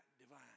divine